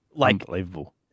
Unbelievable